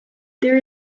there